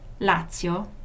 Lazio